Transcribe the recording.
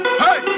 hey